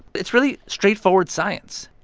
it's really straightforward science.